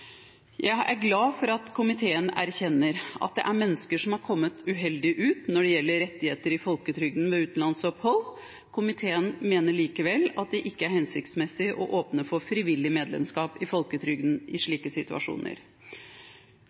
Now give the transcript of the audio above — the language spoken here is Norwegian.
Jeg er glad for at komiteen erkjenner at det er mennesker som har kommet uheldig ut når det gjelder rettigheter i folketrygden ved utenlandsopphold. Komiteen mener likevel at det ikke er hensiktsmessig å åpne for frivillig medlemskap i folketrygden i slike situasjoner.